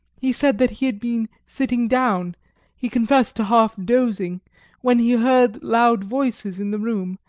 he said that he had been sitting down he confessed to half dozing when he heard loud voices in the room,